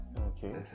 Okay